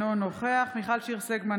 אינו נוכח מיכל שיר סגמן,